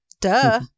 Duh